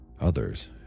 Others